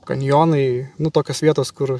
kanjonai nu tokios vietos kur